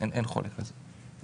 אין חולק על זה.